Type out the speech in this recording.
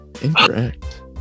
Incorrect